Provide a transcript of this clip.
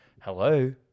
Hello